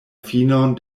finon